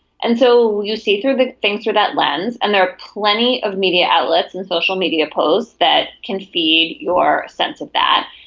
and so you see through the things through that lens and there are plenty of media outlets and social media posts that can feed your sense of that.